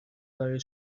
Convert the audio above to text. برای